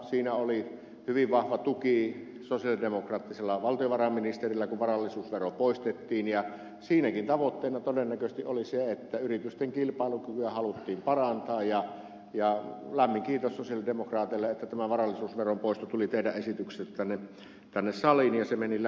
siinä oli hyvin vahva tuki sosialidemokraattisella valtiovarainministerillä kun varallisuusvero poistettiin ja siinäkin tavoitteena todennäköisesti oli se että yritysten kilpailukykyä haluttiin parantaa ja lämmin kiitos sosialidemokraateille että tämä varallisuusveron poisto tuli teidän esityksestänne tänne saliin ja se meni läpi